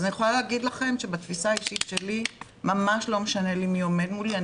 אז אני יכולה להגיד לכם שבתפיסה האישית שלי ממש לא משנה מי עומד מולי,